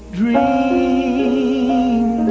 dream